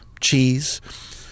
cheese